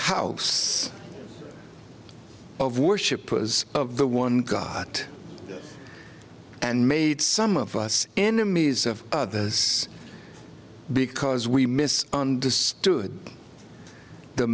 house of worship was of the one god and made some of us enemies of others because we mis understood the